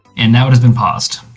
and now it has been paused.